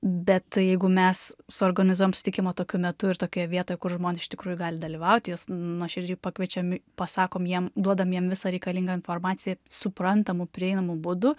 bet jeigu mes suorganizuojam sutikimą tokiu metu ir tokioje vietoje kur žmonės iš tikrųjų gali dalyvauti juos nuoširdžiai pakviečiami pasakom jiem duodam jiem visą reikalingą informaciją suprantamu prieinamu būdu